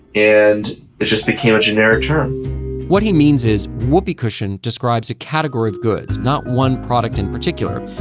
and it just became a generic term what he means is, whoopee cushion describes a category of goods, not one product in particular.